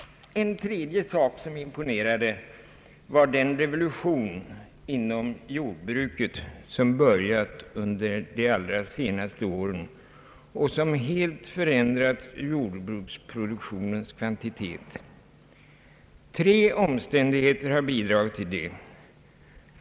En tredje sak som imponerade var den revolution inom jordbruket, som börjat under de allra senaste åren och som helt förändrat jordbruksproduktionens kvantitet. Tre omständigheter har bidragit härtill.